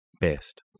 Best